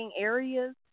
areas